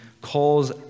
calls